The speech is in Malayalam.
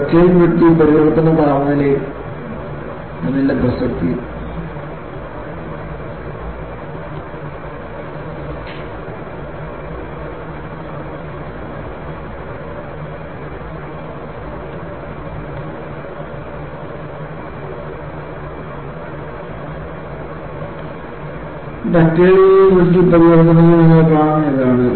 ഡക്റ്റൈൽ ബ്രിട്ടിൽ പരിവർത്തന താപനിലയും അതിൻറെ പ്രസക്തിയും ഡക്റ്റൈൽ ബ്രിട്ടിൽ പരിവർത്തനത്തിൽ നിങ്ങൾ കാണുന്നത് ഇതാണ്